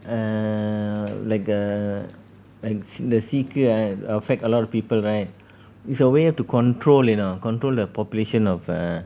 err like the like the சீக்கு:seeku affect a lot of people right it's a way to control you know control the population of err